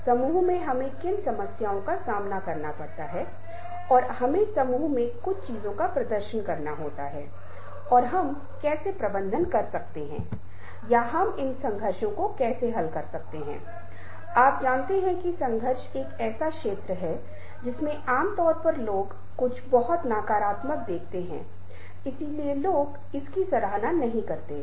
यह समापन की बात है व्याख्यान का समापन है और इसमें हम बात करने जा रहे हैं कि हमने अब तक क्या किया है सॉफ्ट स्किल के संदर्भ में उनकी प्रासंगिकता नई चीजें जो हमने एक साथ खोजी हैं और उन चीजों को जो हमने खोजा नहीं है लेकिन जिसके लिए हम निश्चित रूप से कुछ लिंक देने जा रहे हैं और कुछ सामग्री प्रदान कर रहे हैं